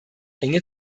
enge